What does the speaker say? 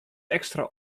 ekstra